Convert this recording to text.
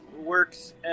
works